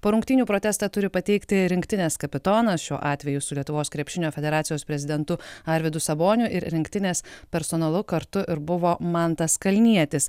po rungtynių protestą turi pateikti rinktinės kapitonas šiuo atveju su lietuvos krepšinio federacijos prezidentu arvydu saboniu ir rinktinės personalu kartu ir buvo mantas kalnietis